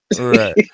Right